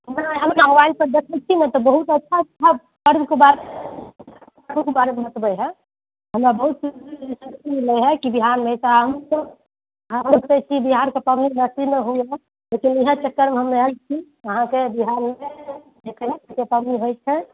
नहि हम अपना मोबाइल पर देखैत छी नहि तऽ बहुत अच्छा अच्छा पर्वके बारेमे बतबै हए हमरा बहुत शक्ति मिलैत हए कि बिहारमे एहन आबो छै आबो छै कि बिहारके पबनी हमरा नसीब नहि होइए इहए चक्करमे हमे आएल छी अहाँके बिहारमे जे केना ठिके पबनी होयत छै